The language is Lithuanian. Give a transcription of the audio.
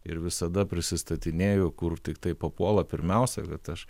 ir visada prisistatinėju kur tiktai papuola pirmiausia bet aš